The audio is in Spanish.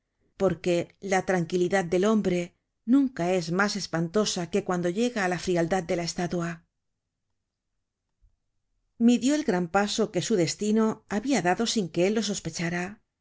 porque la tranquilidad del hombre nunca es mas espantosa que cuando llega á la frialdad de la estatua midió el gran paso que su destino habia dado sin que él lo sospechara